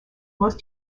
most